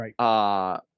Right